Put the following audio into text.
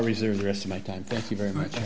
reserve the rest of my time thank you very much